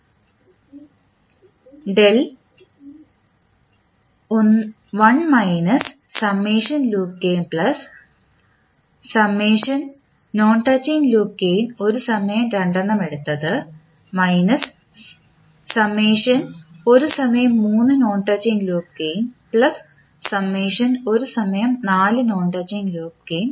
1 loop gain non touching loop gain ഒരു സമയം രണ്ടെണ്ണം എടുത്തത് ഒരു സമയം മൂന്ന് നോൺ ടച്ചിംഗ് ലൂപ്പ് ഗേയിൻ ഒരു സമയം നാല് നോൺ ടച്ചിംഗ് ലൂപ്പ് ഗേയിൻ